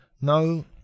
no